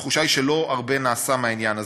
התחושה היא שלא הרבה נעשה מהעניין הזה.